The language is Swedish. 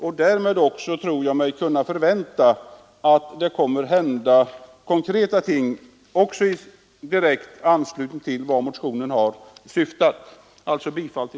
Jag tror att jag därmed har anledning att förvänta att det kommer att hända konkreta ting i enlighet med motionens syfte.